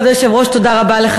זה לא טריוויאלי,